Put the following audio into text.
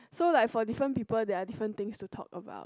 so like for different people there are different things to talk about